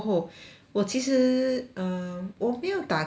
我其实 um 我没有打给你 eh